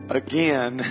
again